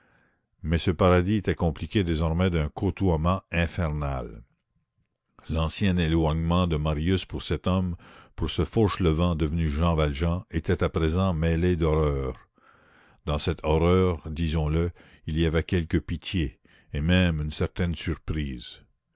mais ce paradis était compliqué désormais d'un côtoiement infernal l'ancien éloignement de marius pour cet homme pour ce fauchelevent devenu jean valjean était à présent mêlé d'horreur dans cette horreur disons-le il y avait quelque pitié et même une certaine surprise